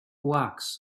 wax